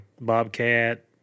bobcat